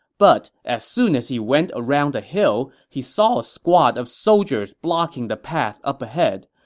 but as soon as he went around a hill, he saw a squad of soldiers blocking the path up ahead.